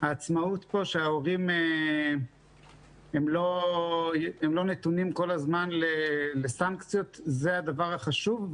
העצמאות בכך שההורים לא נתונים כל הזמן לסנקציות היא הדבר החשוב.